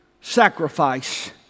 sacrifice